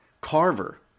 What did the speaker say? Carver